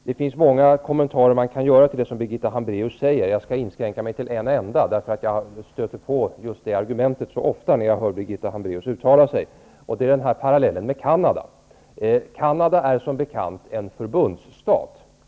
Man skulle kunna göra många kommentarer till det Birgitta Hambraeus sade, men jag skall inskränka mig till en enda, eftersom jag stöter på det argumentet så ofta när jag hör Birgitta Hambraeus uttala sig. Det gäller den parallell hon gör med Canada är som bekant en förbundsstat.